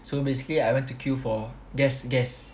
so basically I went to queue for guess guess